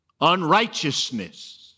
Unrighteousness